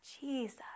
Jesus